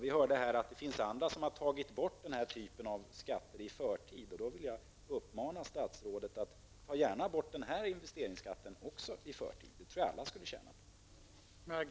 Vi hörde här att det finns de som har tagit bort den här typen av skatt i förtid. Då vill jag uppmana statsrådet: Ta gärna bort den här investeringsskatten också i förtid! Jag tror att alla skulle tjäna på det.